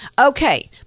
Okay